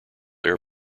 air